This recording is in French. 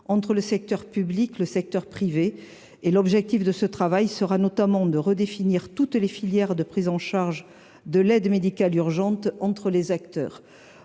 entre les secteurs public et privé. L’objectif de ce travail sera notamment de redéfinir la répartition des filières de prise en charge de l’aide médicale urgente entre les acteurs.